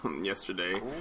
yesterday